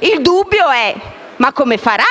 Il dubbio è: ma come farà?